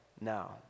now